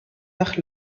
nach